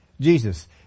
Jesus